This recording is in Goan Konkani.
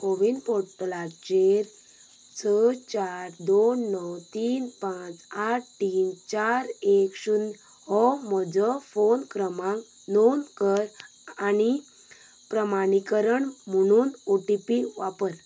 कोविन पोर्टलाचेर स चार दोन णव तीन पांच आठ तीन चार एक शून्य हो म्हजो फोन क्रमांक नोंद कर आनी प्रमाणीकरण म्हणून ओ टी पी वापर